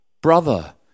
brother